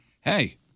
Hey